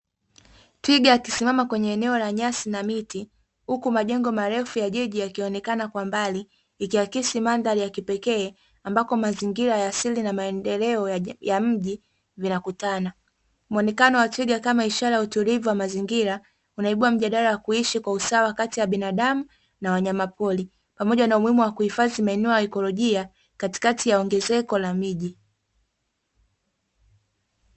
Twiga akisimama kwenye eneo la nyasi na miti, huku majengo marefu ya jiji yakionekana kwa mbali, ikiakisi mandhari ya kipekee, ambako mazingira ya asili na maendeleo ya mji vinakutana. Muonekano wa twiga kama ishara ya utulivu wa mazingira, unaibua mjadala wa kuishi kwa usawa kati ya binadamu na wanyama pori, pamoja na umuhimu wa kuhifadhi maeneo ya ikolojia, katikati ya ongezeko la miji.